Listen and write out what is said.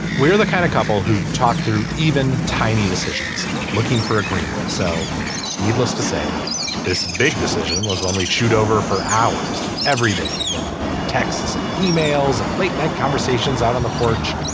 we're the kind of couple who talk through even tiny decisions looking for agreement. so needless to say this big decision was one we chewed over for hours every day and texts and emails and late night conversations out on the porch.